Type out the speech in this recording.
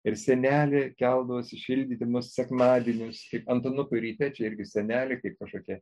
ir senelė keldavosi šildydama sekmadieniais kai antanuko ryte čia irgi senelė kaip kažkokia